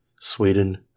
sweden